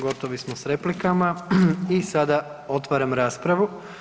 Gotovi smo s replikama i sada otvaram raspravu.